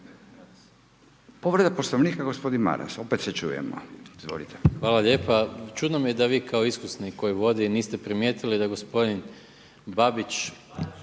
Povreda Poslovnika gospodin Maras. Opet se čujemo. Izvolite. **Maras, Gordan (SDP)** Hvala lijepa. Čudno mi je da vi kao iskusni koji vodi niste primijetili da gospodin Babić.